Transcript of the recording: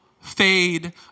fade